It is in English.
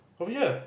over here